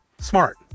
Smart